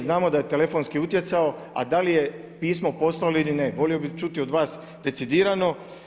Znamo da je telefonski utjecao, a da li je pismo poslao ili ne, volio bih čuti od vas decidirano.